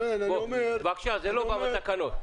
זה לא בתקנות.